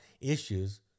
issues